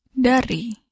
Dari